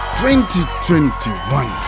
2021